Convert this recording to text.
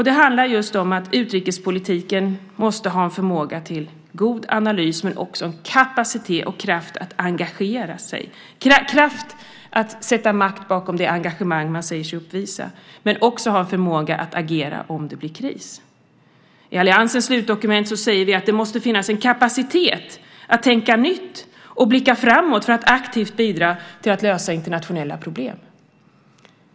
Det handlar om att utrikespolitiken måste ha förmåga till god analys men också kapacitet och kraft att engagera sig. Den måste ha kraft att sätta makt bakom det engagemang man säger sig uppvisa men också förmåga att agera om det blir kris. I alliansens slutdokument säger vi att det måste finnas en kapacitet att tänka nytt och blicka framåt för att aktivt bidra till att lösa internationella problem.